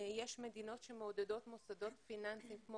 יש מדינות שמעודדות מוסדות פיננסיים כמו